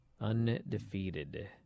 Undefeated